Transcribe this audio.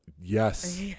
Yes